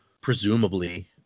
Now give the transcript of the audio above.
presumably